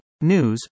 news